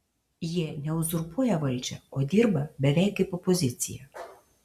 jie ne uzurpuoja valdžią o dirba beveik kaip opozicija